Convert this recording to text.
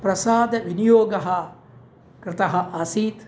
प्रसादविनियोगः कृतम् आसीत्